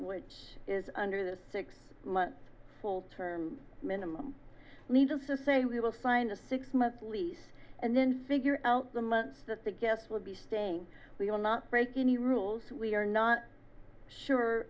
which is under the six months full term minimum needless to say we will find a six month lease and then figure out the months that the guests will be staying we will not break any rules we are not sure